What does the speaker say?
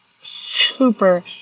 super